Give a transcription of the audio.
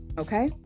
okay